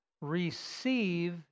Receive